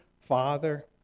Father